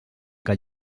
que